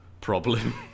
problem